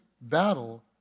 battle